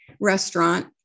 restaurant